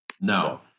No